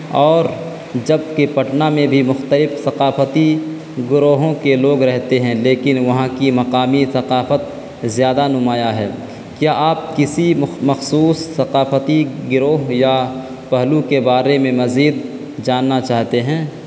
اور جبکہ پٹنہ میں بھی مختلف ثقافتی گروہوں کے لوگ رہتے ہیں لیکن وہاں کی مقامی ثقافت زیادہ نمایاں ہے کیا آپ کسی مخصوص ثقافتی گروہ یا پہلو کے بارے میں مزید جاننا چاہتے ہیں